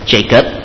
Jacob